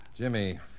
Jimmy